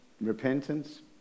repentance